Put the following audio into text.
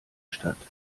statt